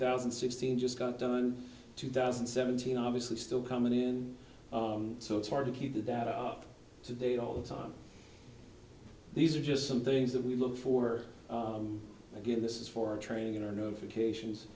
thousand and sixteen just got done two thousand and seventeen obviously still coming in so it's hard to keep the data up to date all the time these are just some things that we look for again this is for training or notifications